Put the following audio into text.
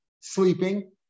sleeping